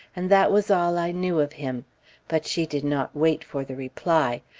and that was all i knew of him but she did not wait for the reply.